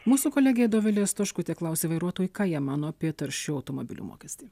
mūsų kolegė dovilė stoškutė klausė vairuotojų ką jie mano apie taršių automobilių mokestį